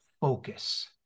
focus